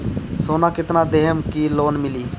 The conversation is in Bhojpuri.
सोना कितना देहम की लोन मिली?